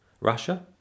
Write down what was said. Russia